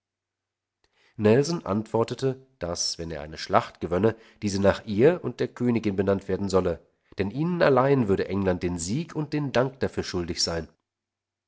nelson antwortete daß wenn er eine schlacht gewönne diese nach ihr und der königin benannt werden solle denn ihnen allein würde england den sieg und den dank dafür schuldig sein